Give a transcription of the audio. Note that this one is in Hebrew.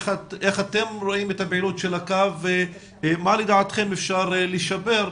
איך אתם רואים את הפעילות של הקו ומה לדעתכם אפשר לשפר.